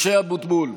משה אבוטבול,